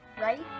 right